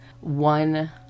One